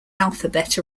alphabet